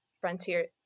frontier